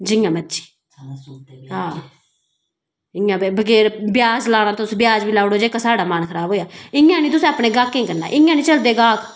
जियां मर्जी हां इयां जेकर ब्याज लाना तुसें ब्याज बी लाई ओड़ो जेह्का साढ़ा मन खराब होया इयां नेी तुस अपने गाहकें कन्नै इयां नेई चलदे गाहक